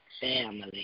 family